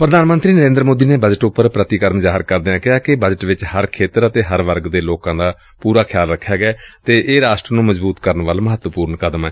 ਪ੍ਰਧਾਨ ਮੰਤਰੀ ਨਰੇਂਦਰ ਮੋਦੀ ਨੇ ਬਜਟ ਉਪਰ ਪ੍ਰਤੀਕਰਮ ਜ਼ਾਹਿਰ ਕਰਦਿਆਂ ਕਿਹਾ ਕਿ ਬਜਟ ਵਿਚ ਹਰ ਖੇਤਰ ਅਤੇ ਹਰ ਵਰਗ ਦੇ ਲੋਕਾਂ ਦਾ ਪੁਰਾ ਖਿਆਲ ਰਖਿਆ ਗਿਐ ਅਤੇ ਇਹ ਰਾਸ਼ਟਰ ਨੂੰ ਮਜ਼ਬੂਤ ਕਰਨ ਵੱਲ ਮਹੱਤਵਪੁਰਨ ਕਦਮ ਏ